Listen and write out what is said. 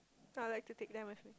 I'll like to take them with me